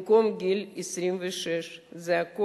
במקום 26, שהיה נהוג עד היום.